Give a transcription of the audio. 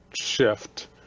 shift